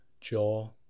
jaw